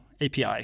API